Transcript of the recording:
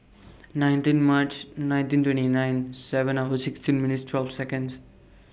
nineteen March nineteen twenty nine seven hours sixteen minutes twelve Seconds